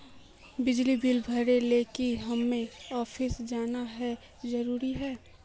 बिजली बिल भरे ले की हम्मर ऑफिस जाना है जरूरी है?